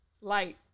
Light